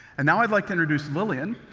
and now i'd like to introduce lilian,